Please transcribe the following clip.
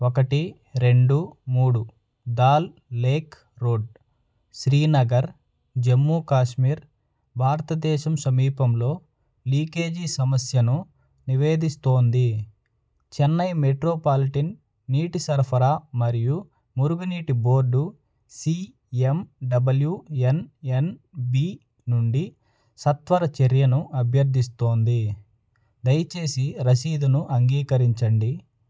ఒకటి రెండు మూడు దాల్ లేక్ రోడ్ శ్రీనగర్ జమ్మూ కాశ్మీర్ భారత్దేశం సమీపంలో లీకేజీ సమస్యను నివేదిస్తోంది చెన్నై మెట్రోపాలిటిన్ నీటి సరఫరా మరియు మురుగునీటి బోర్డు సీఎమ్డబ్ల్యూఎన్ఎన్బీ నుండి సత్వర చర్యను అభ్యర్థిస్తోంది దయచేసి రసీదును అంగీకరించండి